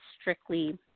strictly